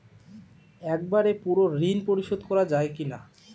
একবারে পুরো ঋণ পরিশোধ করা যায় কি না?